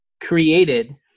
created